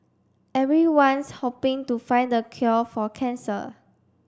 everyone's hoping to find the cure for cancer